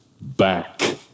back